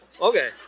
Okay